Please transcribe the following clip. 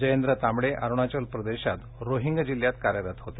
जयेंद्र तांबडे अरुणाचल प्रदेशात रोहिंग जिल्ह्यात कार्यरत होते